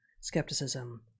skepticism